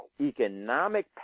economic